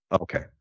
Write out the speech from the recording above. Okay